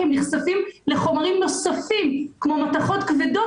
כי הם נחשפים לחומרים נוספים כמו מתכות כבדות